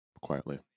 quietly